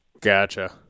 gotcha